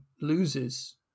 loses